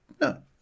no